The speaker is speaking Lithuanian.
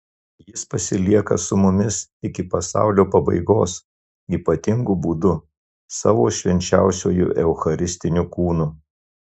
jis pasilieka su mumis iki pasaulio pabaigos ypatingu būdu savo švenčiausiuoju eucharistiniu kūnu